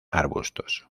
arbustos